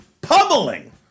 pummeling